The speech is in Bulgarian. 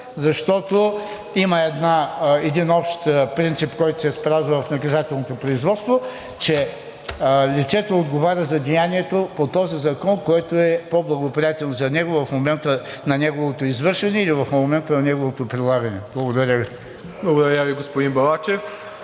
защото има един общ принцип, който се спазва в наказателното производство, че лицето отговаря за деянието по този закон, който е по-благоприятен за него – в момента на неговото извършване или в момента на неговото прилагане. Благодаря Ви. ПРЕДСЕДАТЕЛ МИРОСЛАВ ИВАНОВ: